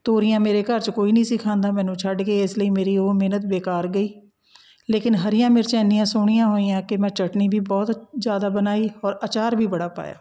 ਤੋਰੀਆਂ ਮੇਰੇ ਘਰ 'ਚ ਕੋਈ ਨਹੀਂ ਸੀ ਖਾਂਦਾ ਮੈਨੂੰ ਛੱਡ ਕੇ ਇਸ ਲਈ ਮੇਰੀ ਉਹ ਮਿਹਨਤ ਬੇਕਾਰ ਗਈ ਲੇਕਿਨ ਹਰੀਆਂ ਮਿਰਚ ਇੰਨੀਆਂ ਸੋਹਣੀਆਂ ਹੋਈਆਂ ਕਿ ਮੈਂ ਚਟਨੀ ਵੀ ਬਹੁਤ ਜ਼ਿਆਦਾ ਬਣਾਈ ਔਰ ਅਚਾਰ ਵੀ ਬੜਾ ਪਾਇਆ